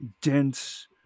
dense